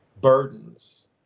burdens